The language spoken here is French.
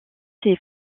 ses